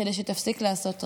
כדי שתפסיק לעשות רעש.